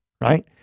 Right